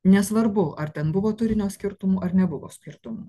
nesvarbu ar ten buvo turinio skirtumų ar nebuvo skirtumų